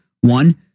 One